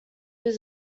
his